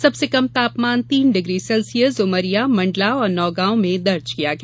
सबसे कम न्यूनतम तापमान तीन डिग्री सेल्सियस उमरिया मण्डला और नौगांव में दर्ज किया गया